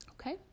Okay